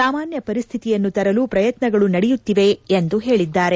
ಸಾಮಾನ್ಯ ಪರಿಸ್ಥಿತಿಯನ್ನು ತರಲು ಪ್ರಯತ್ನಗಳು ನಡೆಯುತ್ತಿವೆ ಎಂದು ಹೇಳಿದ್ದಾರೆ